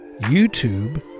YouTube